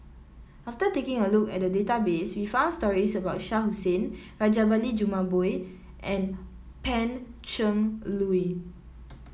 after taking a look at the database we found stories about Shah Hussain Rajabali Jumabhoy and Pan Cheng Lui